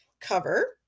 cover